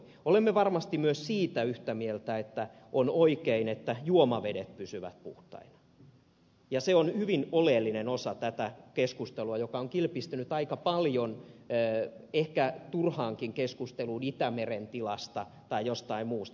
olemme varmasti myös siitä yhtä mieltä että on oikein että juomavedet pysyvät puhtaina ja se on hyvin oleellinen osa tätä keskustelua joka on kilpistynyt aika paljon ehkä turhaankin keskusteluun itämeren tilasta tai jostain muusta